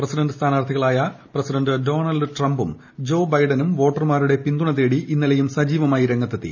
president സ്ഥാനാർത്ഥികളായ president Donald ട്രംപും Joe ബൈഡനും വോട്ടർമാരുടെ പിന്തുണ തേടി ഇന്നലെയും സജീവമായി രംഗത്തെത്തി